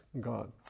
God